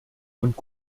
und